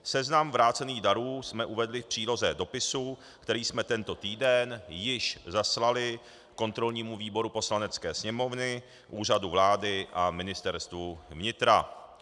Seznam vrácených darů jsme uvedli v příloze dopisu, který jsme tento týden již zaslali kontrolnímu výboru Poslanecké sněmovny, Úřadu vlády a Ministerstvu vnitra.